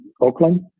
Oakland